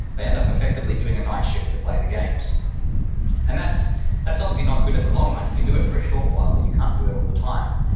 they end up effectively doing a night shift to play the games and that's that's obviously not good in the long run. you can do it for a short while, but you can't do it all the time.